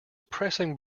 pressing